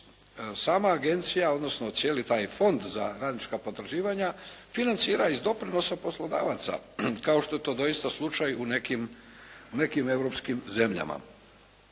sama agencija, odnosno cijeli taj fond za radnička potraživanja financira iz doprinosa poslodavaca kao što je to dosita slučaj u nekim europskim zemljama.